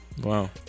Wow